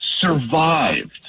survived